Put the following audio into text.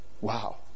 Wow